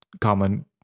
common